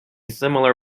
similar